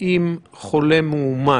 עם חולה מאומת.